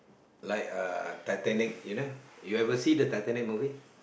like a Titanic you know you ever see the Titanic movie